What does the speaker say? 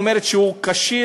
שאומרת שהוא כשיר.